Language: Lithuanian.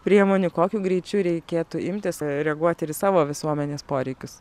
priemonių kokiu greičiu reikėtų imtis reaguoti ir į savo visuomenės poreikius